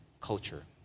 culture